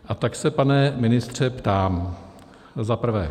A tak se, pane ministře, ptám za prvé.